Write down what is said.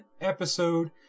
episode